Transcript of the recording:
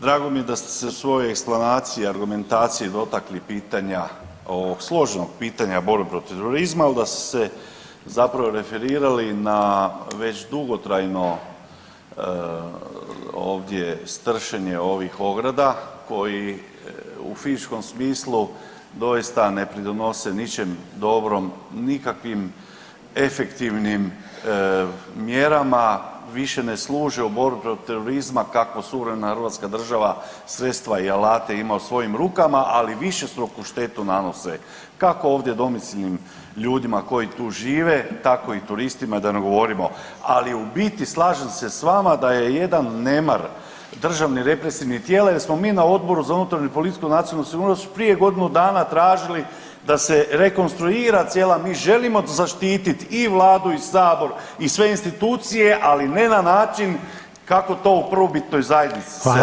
Poštovana kolegice, drago mi je da ste se u svojoj eksplantaciji i argumentaciji dotakli pitanja, ovog složenog pitanja borbe protiv terorizma, al da ste se zapravo referirali na već dugotrajno ovdje stršenje ovih ograda koji u fizičkom smislu doista ne pridonose ničem dobrom nikakvim efektivnim mjerama, više ne služe u borbi protiv terorizma kakva suvremena hrvatska država sredstva i alate ima u svojim rukama, ali višestruku štetu nanose kako ovdje domicilnim ljudima koji tu žive, tako i turistima da ne govorimo, ali u biti slažem se s vama da je jedan nemar državnih represivnih tijela jer smo mi na Odboru za unutarnju politiku i nacionalnu sigurnost prije godinu dana tražili da se rekonstruira cijela, mi želimo zaštitit i vladu i sabor i sve institucije, ali ne na način kako to u prvobitnoj zajednici se radilo